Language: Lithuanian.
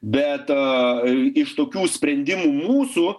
bet iš tokių sprendimų mūsų